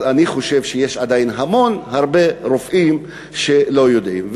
אז אני חושב שיש עדיין הרבה רופאים שלא יודעים.